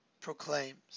proclaims